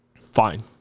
Fine